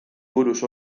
buruz